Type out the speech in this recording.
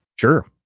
Sure